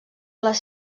les